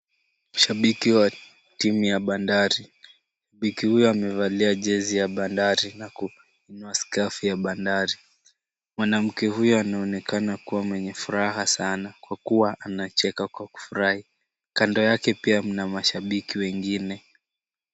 Shabiki wa timu ya Bandari. Shabiki huyu amevalia jezi ya Bandari na kununua skafu ya bandari. Mwanamke huyu anaonekana kuwa mwenye furaha sana kwa kuwa anacheka kwa kufurahi. Kando yake pia mna mashabiki wengine.